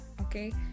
okay